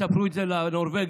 תספרו את זה לנורבגים,